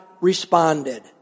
responded